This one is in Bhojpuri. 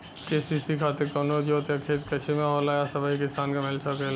के.सी.सी खातिर का कवनो जोत या खेत क सिमा होला या सबही किसान के मिल सकेला?